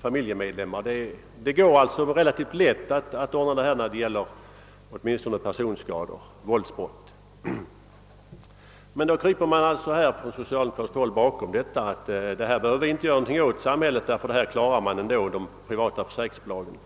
familjemedlemmar innefattas i försäkringen. Det går alltså relativt lätt att ordna dylik försäkring åtminstone när det gäller personskador vid våldsbrott. På socialdemokratiskt håll säger man sålunda nu att samhället inte behöver göra någonting åt detta, ty det gör de privata försäkringsbolagen.